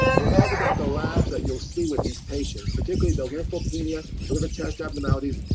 and we'll talk about the labs that you'll see with these patients. particularly the lymphopenia, the liver test abnormalities,